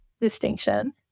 distinction